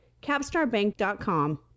CapstarBank.com